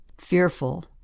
fearful